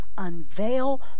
unveil